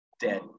dead